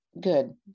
Good